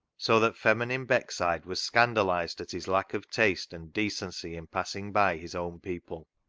so that feminine beckside was scan dalised at his lack of taste and decency in passing by his own people.